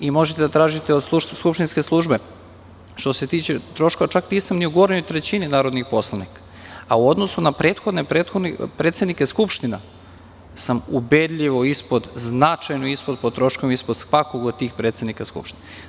Vi možete da tražite od skupštinske službe što se tiče troškova, čak nisam ni u gornjoj trećini narodnih poslanika, a u odnosu na prethodne predsednike Skupštine sam ubedljivo ispod, značajno ispod po troškovima, ispod svakoga od tih predsednika Skupštine.